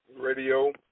Radio